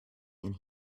and